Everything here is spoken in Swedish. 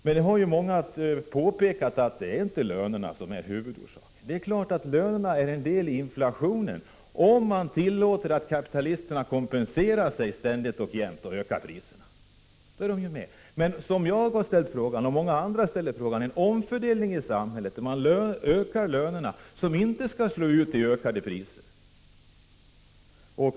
Men många har ju påpekat att det inte är lönerna som är huvudorsaken till inflationen. Det är klart att lönerna utgör en del av inflationen, om man tillåter kapitalisterna att jämt och ständigt kompensera sig genom att öka priserna. Då påverkar ju lönerna inflationstakten. Jag och många andra vill att man i stället genomför en omfördelning i samhället, där man ökar lönerna men inte låter det ge utslag i ökade priser.